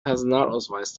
personalausweis